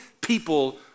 people